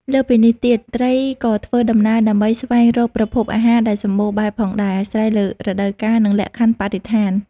លើសពីនេះទៀត ត្រីក៏ធ្វើដំណើរដើម្បីស្វែងរកប្រភពអាហារដែលសម្បូរបែបផងដែរ អាស្រ័យលើរដូវកាល និងលក្ខខណ្ឌបរិស្ថាន។